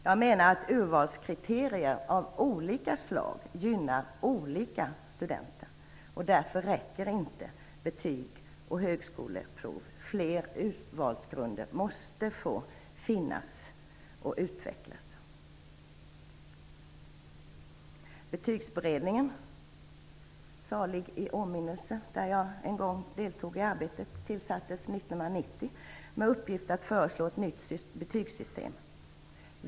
Jag menar att urvalskriterier av olika slag gynnar olika studenter. Därför räcker inte betyg och högskoleprov. Fler urvalsgrunder måste få finnas och utvecklas. Betygsberedningen, salig i åminnelse, där jag en gång deltog i arbetet tillsattes 1990 med uppgift att föreslå ett nytt betygssystem.